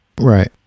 right